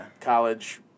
college